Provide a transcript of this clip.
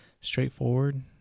straightforward